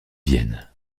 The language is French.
vienne